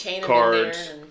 cards